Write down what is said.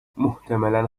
muhtemelen